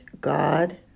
God